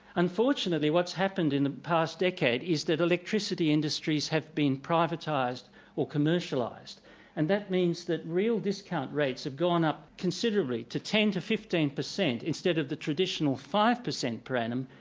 unfortunately what's happened in the past decade is that electricity industries have been privatised or commercialised and that means that real discount rates have gone up considerably to ten percent to fifteen percent instead of the traditional five percent per annum,